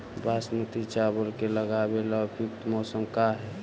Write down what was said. बासमती चावल के लगावे ला उपयुक्त मौसम का है?